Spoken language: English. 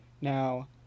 now